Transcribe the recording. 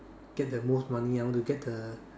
get the most money I wanna get the